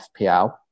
FPL